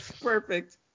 Perfect